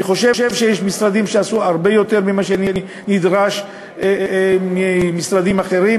אני חושב שיש משרדים שעשו הרבה יותר ממה שנדרש ממשרדים אחרים.